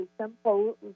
simple